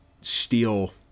steal